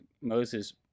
Moses